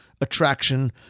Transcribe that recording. attraction